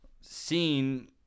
seen